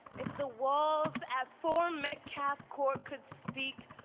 if the walls at four metcalf court could speak,